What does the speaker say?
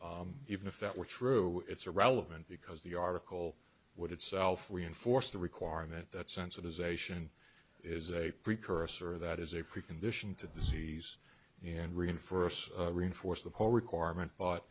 all even if that were true it's irrelevant because the article would itself reinforce the requirement that sensitization is a precursor that is a precondition to the seas and reinforce reinforce the whole requirement but